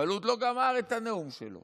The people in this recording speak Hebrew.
הוא עוד לא גמר את הנאום שלו